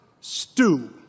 stew